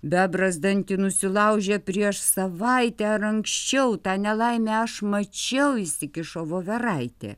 bebras dantį nusilaužė prieš savaitę ar anksčiau tą nelaimę aš mačiau įsikišo voveraitė